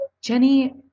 Jenny